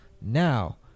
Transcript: Now